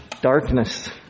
darkness